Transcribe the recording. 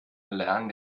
erlernen